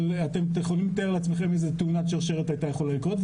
אבל אתם יכולים לתאר לעצמכם איזו תאונת שרשרת הייתה יכולה לקרות,